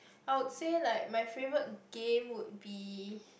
I would say like my favourite game would be